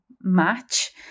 match